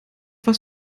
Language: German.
was